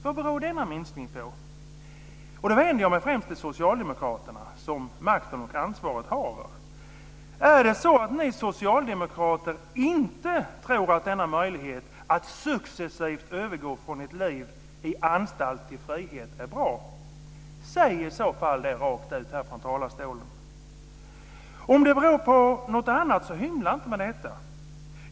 Vad beror denna minskning på? Då vänder jag mig främst till socialdemokraterna som makten och ansvaret haver. Är det så att ni socialdemokrater inte tror att denna möjlighet att successivt övergå från ett liv i anstalt till frihet är bra? Säg det i så fall rakt ur härifrån talarstolen. Om det beror på något annat så hymla inte med detta.